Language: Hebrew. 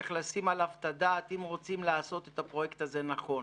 שצריך לתת עליו את הדעת אם רוצים לעשות את הפרויקט הזה נכון.